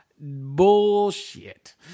bullshit